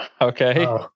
Okay